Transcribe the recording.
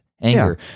anger